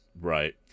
Right